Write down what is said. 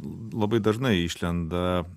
labai dažnai išlenda